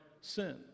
sin